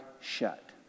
shut